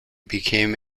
became